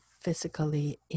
physically